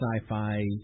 sci-fi